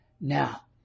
Now